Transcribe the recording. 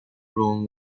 room